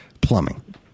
plumbing